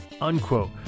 unquote